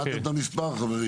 ש"ח.